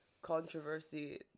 controversy